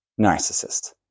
narcissist